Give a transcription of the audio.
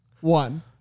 One